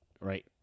Right